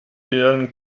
deren